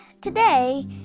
today